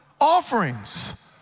Offerings